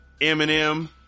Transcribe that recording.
Eminem